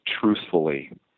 truthfully